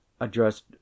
addressed